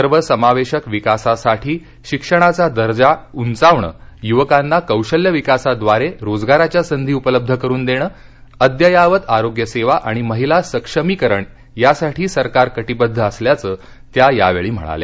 सर्वसमावेशक विकासासाठी शिक्षणाचा दर्जा उंचावणं यूवकांना कौशल्यविकासाद्वारे रोजगाराच्या संधी उपलब्ध करून देणं अद्ययावत आरोग्यसेवा आणि महिला सक्षमीकरण यासाठी सरकार कटिबद्ध असल्याचं त्या यावेळी म्हणाल्या